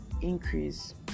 increase